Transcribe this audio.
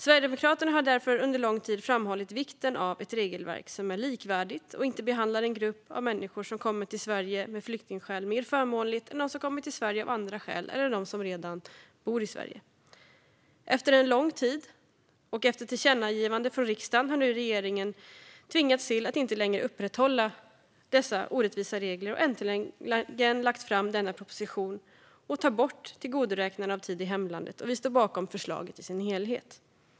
Sverigedemokraterna har därför under lång tid framhållit vikten av ett regelverk som är likvärdigt och inte behandlar en grupp av människor som kommer till Sverige med flyktingskäl mer förmånligt än dem som kommer till Sverige av andra skäl eller dem som redan bor i Sverige. Efter lång tid och efter tillkännagivanden från riksdagen har nu regeringen tvingats till att inte längre upprätthålla dessa orättvisa regler och har äntligen lagt fram denna proposition om att ta bort tillgodoräknande av tid i hemlandet. Vi står bakom förslaget i dess helhet.